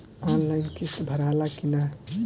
Online किस्त भराला कि ना?